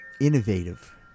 innovative